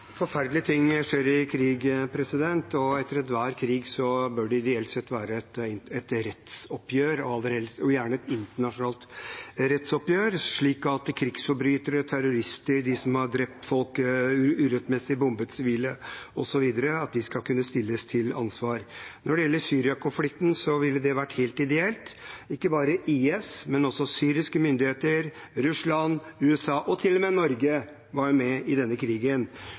Forferdelige ting skjer i krig, og etter enhver krig bør det ideelt sett være et rettsoppgjør – og gjerne et internasjonalt rettsoppgjør – slik at krigsforbrytere og terrorister, de som har drept folk urettmessig, bombet sivile osv., skal kunne stilles til ansvar. Når det gjelder Syria-konflikten, ville det vært helt ideelt. Ikke bare IS, men også syriske myndigheter, Russland, USA og til og med Norge var med i den krigen